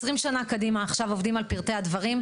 עשרים שנה קדימה, עכשיו עובדים על פרטי הדברים.